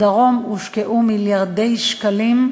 בדרום הושקעו מיליארדי שקלים,